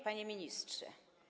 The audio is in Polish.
Panie Ministrze!